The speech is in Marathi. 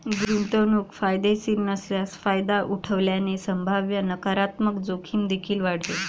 गुंतवणूक फायदेशीर नसल्यास फायदा उठवल्याने संभाव्य नकारात्मक जोखीम देखील वाढेल